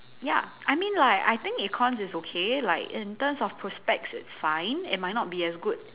ya I mean like I think econs is okay like in terms of prospects it's fine it might not be as good